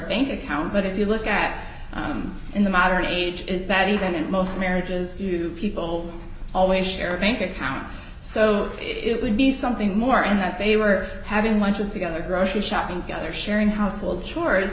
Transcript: ain't a count but if you look at in the modern age is that even in most marriages do people always share a bank account so it would be nice something more and that they were having lunches together grocery shopping together sharing household chores